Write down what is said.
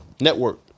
network